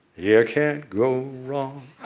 yeah can't go wrong.